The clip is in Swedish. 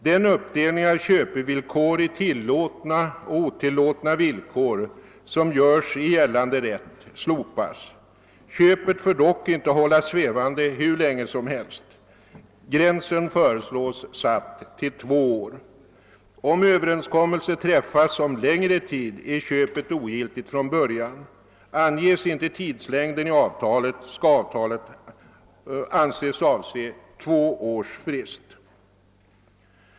Den uppdelning av köpevillkoren i tillåtna och otillåtna villkor som görs i gällande rätt slopas. Köpet får dock inte hållas svävande hur länge som helst. Gränsen föreslås satt till två år. Om överenskommelse träffas om längre tid är köpet ogiltigt från början. Anges inte tidslängden i avtalet, skall avtalet anses avse två års frist.